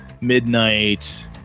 Midnight